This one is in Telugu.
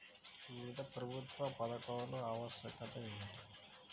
వివిధ ప్రభుత్వా పథకాల ఆవశ్యకత ఏమిటి?